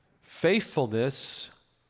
Faithfulness